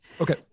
okay